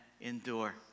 endure